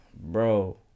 bro